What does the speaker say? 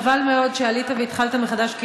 חבל מאוד שעלית והתחלת מחדש,